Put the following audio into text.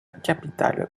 capitale